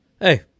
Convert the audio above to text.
Hey